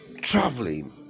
traveling